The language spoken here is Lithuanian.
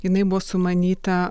jinai buvo sumanyta